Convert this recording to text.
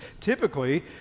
typically